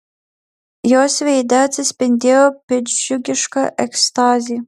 jos veide atsispindėjo piktdžiugiška ekstazė